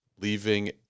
leaving